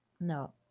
No